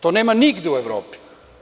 To nema nigde u Evropi.